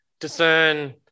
discern